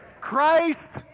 Christ